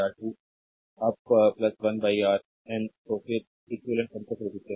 तो कि R eq समकक्ष रेजिस्टेंस है